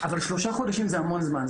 שלושה חודשים זה המון זמן.